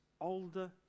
older